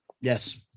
Yes